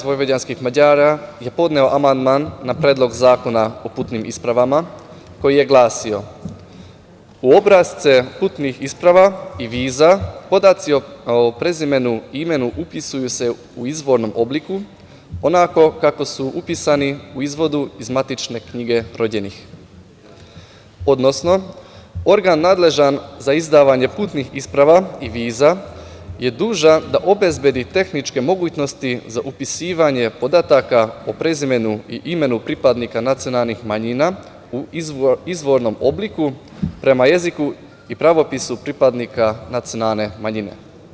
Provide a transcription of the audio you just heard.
SVM je podneo amandman na Predlog zakona o putnim ispravama koji je glasio – u obrasce putnih isprava i viza podaci o prezimenu i imenu upisuju se u izvornom obliku onako kako su upisani u izvodu iz matične knjige rođenih, odnosno organ nadležan za izdavanje putnih isprava i viza je dužan obezbedi tehničke mogućnosti za upisivanje podataka o prezimenu i imenu pripadnika nacionalnih manjina u izvornom obliku prema jeziku i pravopisu pripadnika nacionalne manjine.